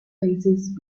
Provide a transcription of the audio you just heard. bassist